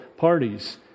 Parties